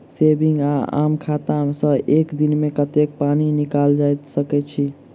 Saving वा आम खाता सँ एक दिनमे कतेक पानि निकाइल सकैत छी?